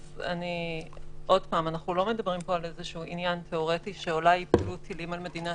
האם יהיה אישור בוועדה או במליאה,